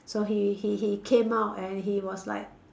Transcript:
so he he he came out and he was like